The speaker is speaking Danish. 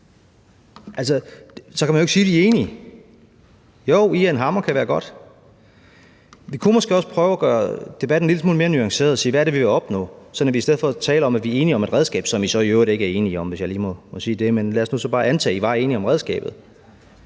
Så kan man jo ikke sige, man er enig; jo, man er enig om, at en hammer kan være god. Vi kunne måske også prøve at gøre debatten en lille smule mere nuanceret og spørge til, hvad det er, vi vil opnå. I stedet for at tale om, at man er enig om et redskab, som man så i øvrigt ikke er enig om – hvis jeg lige må sige det, men lad os nu bare antage, at man var enig om redskabet